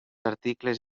articles